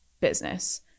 business